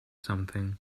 something